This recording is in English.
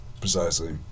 precisely